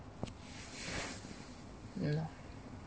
en loh